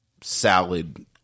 salad